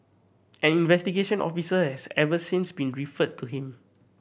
an investigation officer has since been referred to him